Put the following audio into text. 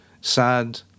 sad